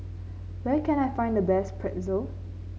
where can I find the best Pretzel